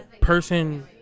person